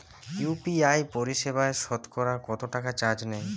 UPI পরিসেবায় সতকরা কতটাকা চার্জ নেয়?